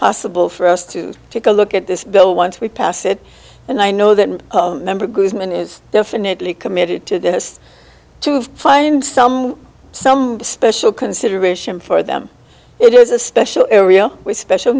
possible for us to take a look at this bill once we pass it and i know that member goodman is definitely committed to this to find some some special consideration for them it is a special area with special